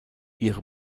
ihre